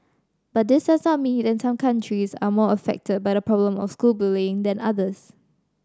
but this does not mean that some countries are more affected by the problem of school bullying than others